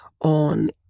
on